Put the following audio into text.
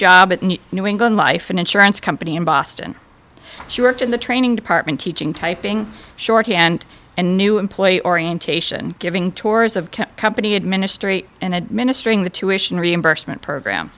new new england life an insurance company in boston she worked in the training department teaching typing shorthand and new employee orientation giving tours of kept company administrate and administering the tuition reimbursement program